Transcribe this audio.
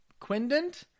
Quindant